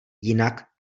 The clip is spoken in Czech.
jinak